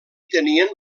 tenien